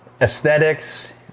aesthetics